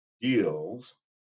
deals